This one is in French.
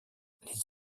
les